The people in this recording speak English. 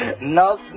No